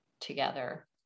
together